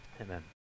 Amen